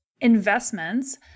investments